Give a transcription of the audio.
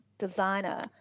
designer